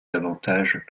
avantages